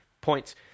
points